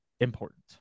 important